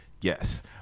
yes